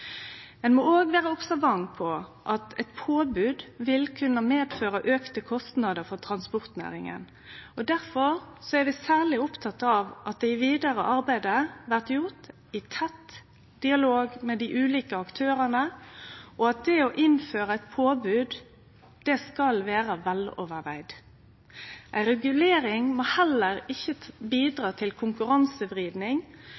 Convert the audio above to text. Ein må òg vere observant på at eit påbod vil kunne medføre auka kostnader for transportnæringa. Difor er vi særleg opptekne av at det vidare arbeidet blir gjort i tett dialog med dei ulike aktørane, og at det å innføre eit påbod skal vere vel gjennomtenkt. Ei regulering må heller ikkje